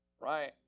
right